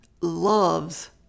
loves